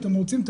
אתם רוצים,